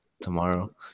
tomorrow